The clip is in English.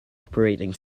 operating